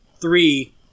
three